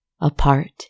Apart